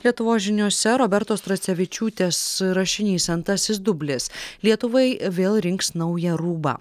lietuvos žiniose robertos tracevičiūtės rašinys antrasis dublis lietuvai vėl rinks naują rūbą